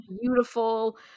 beautiful